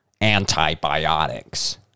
Antibiotics